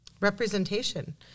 representation